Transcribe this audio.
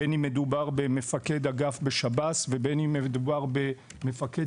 בין אם מדובר במפקד אגף בשב"ס ובין אם מדובר במפקד